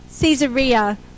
Caesarea